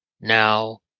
Now